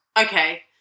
okay